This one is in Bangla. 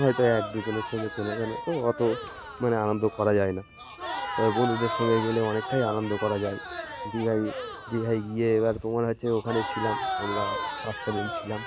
হয়তো এক দুজনের সঙ্গে চেনা জানা তো অত মানে আনন্দ করা যায় না তবে বন্ধুদের সঙ্গে গেলে অনেকটাই আনন্দ করা যায় দীঘাই দীঘাই গিয়ে এবার তোমার হচ্ছে ওখানে ছিলাম আমরা পাঁচ ছ দিন ছিলাম